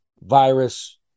virus